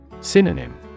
Synonym